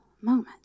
moment